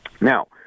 Now